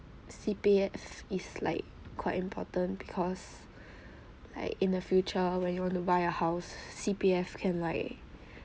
C_P_F is like quite important because like in the future when you want to buy a house C_P_F can like